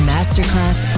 Masterclass